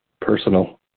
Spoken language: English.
Personal